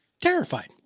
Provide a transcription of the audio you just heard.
Terrified